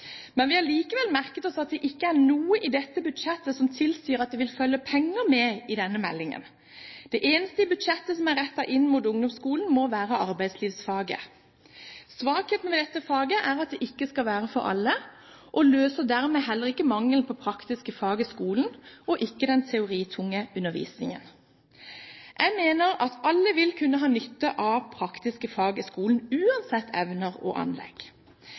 Men vi har likevel merket oss at det ikke er noe i dette budsjettet som tilsier at det vil følge penger med denne meldingen. Det eneste i budsjettet som er rettet inn mot ungdomsskolen, må være arbeidslivsfaget. Svakheten ved dette faget er at det ikke skal være for alle, og dermed løser det ikke mangelen på praktiske fag i skolen og heller ikke den teoritunge undervisningen. Jeg mener at alle vil kunne ha nytte av praktiske fag i skolen, uansett evner og anlegg.